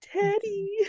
Teddy